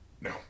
No